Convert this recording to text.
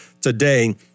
today